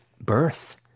birth